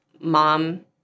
mom